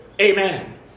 Amen